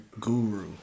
guru